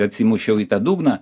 atsimušiau į tą dugną